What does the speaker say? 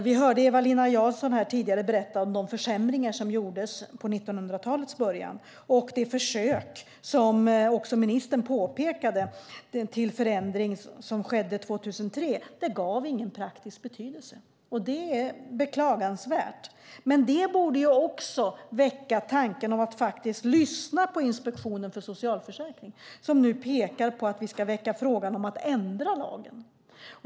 Vi hörde Eva-Lena Jansson berätta om de försämringar som gjordes i 1900-talets början och om de försök till förändring som skedde 2003, vilket ministern också påpekade. De hade ingen praktisk betydelse, och det är beklagansvärt. Det borde väcka tanken att lyssna på Inspektionen för socialförsäkringen, som pekar på att vi ska väcka frågan om att ändra lagen.